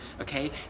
okay